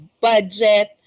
budget